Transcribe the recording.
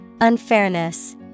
Unfairness